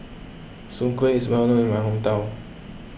Soon Kway is well known in my hometown